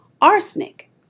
arsenic